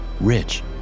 rich